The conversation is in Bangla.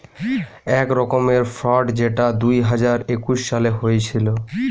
এক রকমের ফ্রড যেটা দুই হাজার একুশ সালে হয়েছিল